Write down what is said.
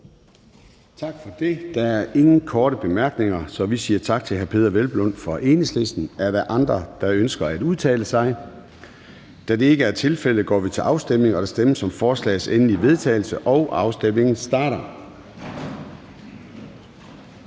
Tak for det. Der er ingen korte bemærkninger. Så vi siger tak til hr. Peder Hvelplund fra Enhedslisten. Er der andre, der ønsker at udtale sig? Da det ikke er tilfældet, går vi til afstemning. Kl. 10:25 Afstemning Formanden (Søren Gade): Der stemmes om forslagets endelige vedtagelse, og afstemningen starter.